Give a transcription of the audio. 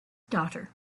daughter